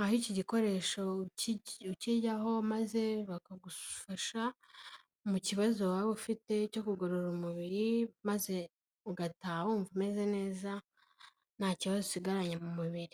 aho icyi gikoresho ucyijyaho maze bakagufasha mu kibazo waba ufite cyo kugorora umubiri, maze ugataha wumva umeze neza nta kibazo usigaranye mu mubiri.